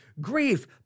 grief